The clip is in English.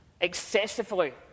excessively